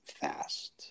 fast